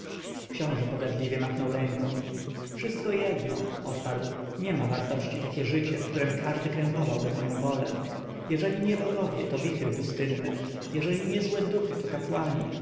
książę pogardliwie machnął ręką wszystko jedno odparł nie ma wartości takie życie w którem każdy krępowałby moją wolę jeżeli nie bogowie to wichry pustynne jeżeli nie złe duchy to kapłani